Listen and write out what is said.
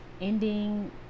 ending